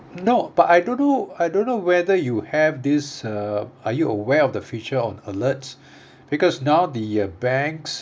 no but I don't know I don't know whether you have this uh are you aware of the feature of alerts because now the uh bank's